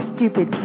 Stupid